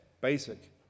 basic